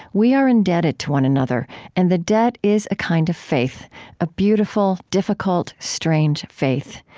we are indebted to one another and the debt is a kind of faith a beautiful, difficult, strange faith.